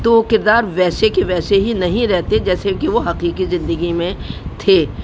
تو کردار ویسے کے ویسے ہی نہیں رہتے جیسے کہ وہ حقیقی زندگی میں تھے